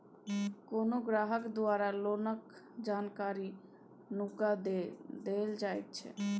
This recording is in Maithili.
कोनो ग्राहक द्वारा लोनक जानकारी नुका केँ देल जाएत छै